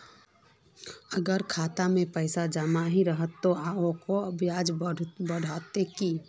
अगर खाता में पैसा जमा ही रहते ते ओकर ब्याज बढ़ते की?